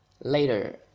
Later